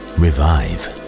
revive